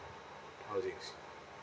housing